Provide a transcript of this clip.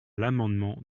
l’amendement